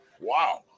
wow